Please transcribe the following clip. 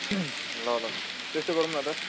ल ल त्यस्तै गरौँ न त